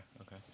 okay